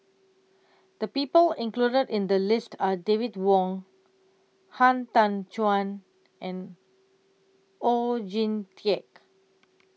The People included in The list Are David Wong Han Tan Juan and Oon Jin Teik